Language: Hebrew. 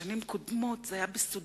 בשנים קודמות זה היה בסודיות